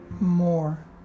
more